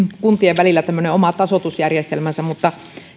kuntien välillä tämmöinen oma tasoitusjärjestelmänsä mutta